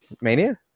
Mania